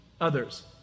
others